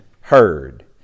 heard